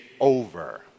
over